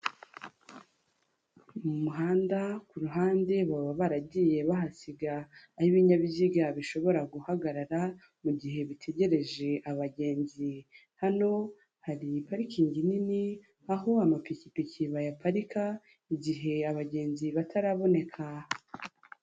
Mu muhanda ku ruhande baba baragiye bahasiga aho ibinyabiziga bishobora guhagarara mu gihe bitegereje abagenzi, hano hari parikingi nini aho amapikipiki bayaparika igihe abagenzi bataraboneka.